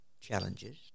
challenges